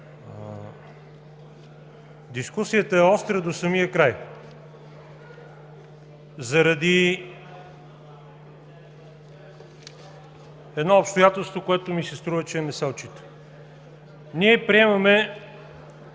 Дискусията е остра до самия край заради едно обстоятелство, което ми се струва, че не се отчита. Ние приемаме